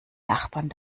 nachbarn